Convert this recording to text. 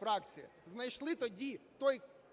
фракції, знайшли тоді той